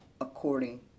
according